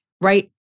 right